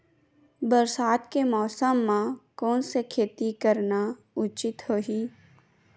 बरसात के मौसम म कोन से खेती करना उचित होही?